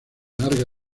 larga